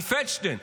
על פלדשטיין,